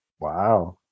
Wow